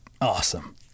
awesome